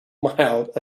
mild